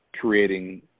creating